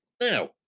Now